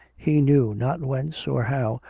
he knew not whence or how,